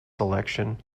selection